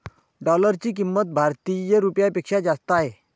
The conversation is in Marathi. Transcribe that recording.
डॉलरची किंमत भारतीय रुपयापेक्षा जास्त आहे